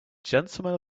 gentlemen